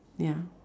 ya